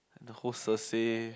the whole Cersei